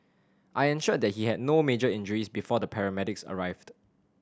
I ensured that he had no major injuries before the paramedics arrived